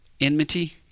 enmity